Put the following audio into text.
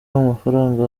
w’amafaranga